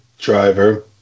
driver